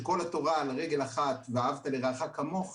שכל התורה על רגל אחת: ואהבת לרעך כמוך